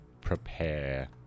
prepare